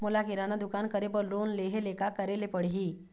मोला किराना दुकान करे बर लोन लेहेले का करेले पड़ही?